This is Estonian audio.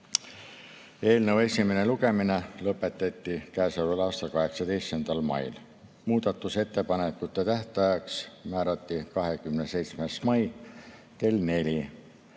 Eelnõu esimene lugemine lõpetati käesoleva aasta 18. mail. Muudatusettepanekute tähtajaks määrati 27. mai kell